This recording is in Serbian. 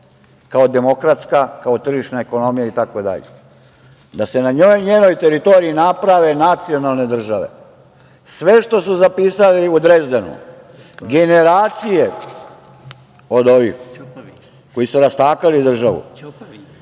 kao demokratska, kao tržišna ekonomija itd. da se na njoj i na njenoj teritoriji naprave nacionalne države. Sve što su zapisali u Drezdenu generacije od ovih koji su rastakali državu